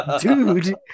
Dude